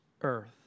earth